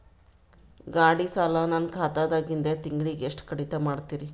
ಗಾಢಿ ಸಾಲ ನನ್ನ ಖಾತಾದಾಗಿಂದ ತಿಂಗಳಿಗೆ ಎಷ್ಟು ಕಡಿತ ಮಾಡ್ತಿರಿ?